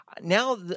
Now